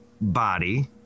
body